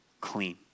clean